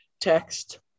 text